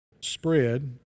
spread